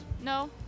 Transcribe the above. No